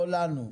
לא לנו.